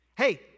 Hey